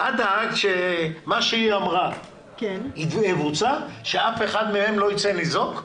מה שהיא אמרה זה ואף אחד מהם לא יצא ניזוק?